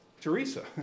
Teresa